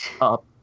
up